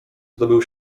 zdobył